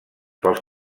pels